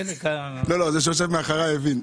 זה שיושב מאחורי הבין.